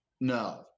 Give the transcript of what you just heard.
No